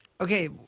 okay